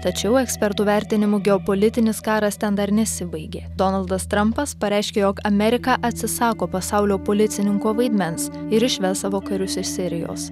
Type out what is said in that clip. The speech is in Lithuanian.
tačiau ekspertų vertinimu geopolitinis karas ten dar nesibaigė donaldas trampas pareiškė jog amerika atsisako pasaulio policininko vaidmens ir išves savo karius iš sirijos